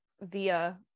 via